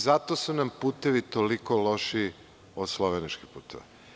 Zato su nam putevi toliko lošiji od slovenačkih puteva.